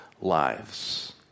lives